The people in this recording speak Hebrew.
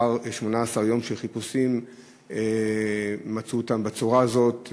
לאחר 18 יום של חיפושים מצאו אותם בצורה הזאת.